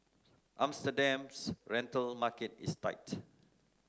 Amsterdam's rental market is tight